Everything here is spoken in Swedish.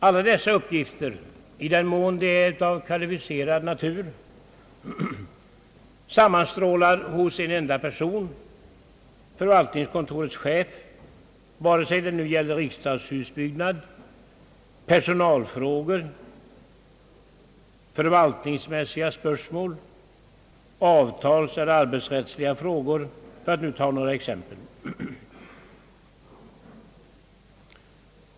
Alla dessa uppgifter, i den mån de är av kvalificerad natur, sammanstrålar hos en enda person: förvaltningskontorets chef — vare sig det nu gäller riksdagshusbyggnad, personalfrågor, förvaltningsmässiga spörsmål, avtalseller arbetsrättsliga frågor, för att nu ta några exempel.